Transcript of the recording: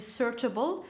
searchable